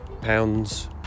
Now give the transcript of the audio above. pounds